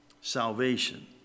salvation